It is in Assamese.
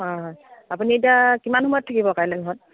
হয় হয় আপুনি এতিয়া কিমান সময়ত থাকিব কাইলে ঘৰত